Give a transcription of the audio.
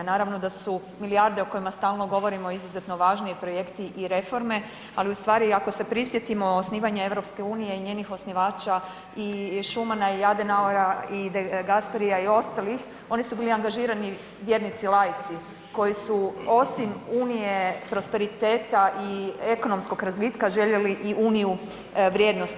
Naravno da su milijarde o kojima stalno govorimo izuzetno važni projekti i reformi, ali ustvari, ako se prisjetimo osnivanja EU i njenih osnivača i Schumana i Adenauera i De Gasperija i ostalih, oni su bili angažirani vjernici laici koji su osim Unije, prosperiteta i ekonomskog razvitka, željeli i uniju vrijednosti.